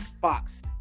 Fox